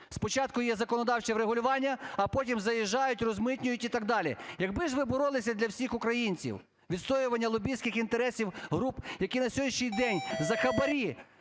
спочатку є законодавче врегулювання, а потім заїжджають, розмитнюють і так далі. Якби ж ви боролися для всіх українців, відстоювання лобістських інтересів груп, які на сьогоднішній день за хабарі,